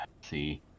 See